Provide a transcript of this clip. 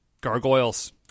Gargoyles